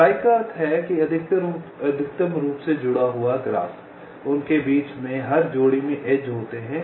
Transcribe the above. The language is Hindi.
क्लाइक का अर्थ है अधिकतम रूप से जुड़ा हुआ ग्राफ उनके बीच में हर जोड़ी में एज होते हैं